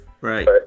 right